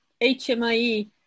HMIE